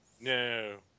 No